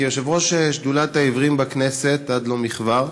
כיושב-ראש שדולת העיוורים בכנסת עד לא מכבר,